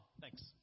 Thanks